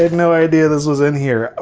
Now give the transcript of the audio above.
no idea this was in here,